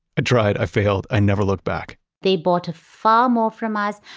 i tried. i failed. i never looked back they bought far more from us.